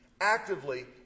actively